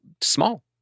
small